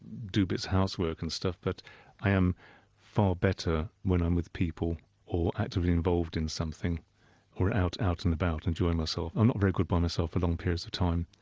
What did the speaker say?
do bits of housework and stuff but i am far better when i'm with people or actively involved in something or out out and about enjoying myself, i'm not very good by myself for long periods of time,